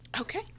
Okay